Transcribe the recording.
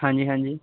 ਹਾਂਜੀ ਹਾਂਜੀ